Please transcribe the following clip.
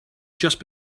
just